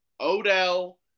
Odell